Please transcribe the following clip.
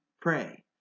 pray